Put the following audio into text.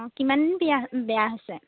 অঁ কিমানদিন বিয়া বেয়া হৈছে